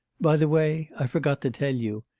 by-the-way, i forgot to tell you,